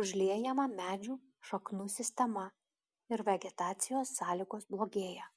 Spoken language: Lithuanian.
užliejama medžių šaknų sistema ir vegetacijos sąlygos blogėja